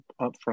upfront